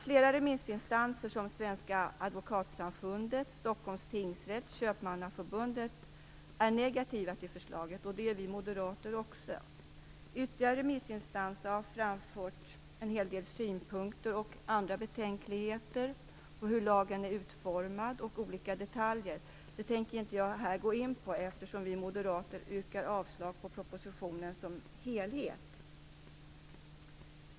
Flera remissinstanser, t.ex. Sveriges advokatsamfund, Stockholms tingsrätt och Köpmannaförbundet, är negativa till förslaget, och det är vi moderater också. Ytterligare remissinstanser har framfört en hel del synpunkter och andra betänkligheter i fråga om hur lagen är utformad och olika detaljer. Jag tänker inte gå in på det, eftersom vi moderater yrkar avslag på propositionen som helhet.